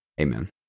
Amen